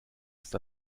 ist